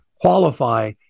qualify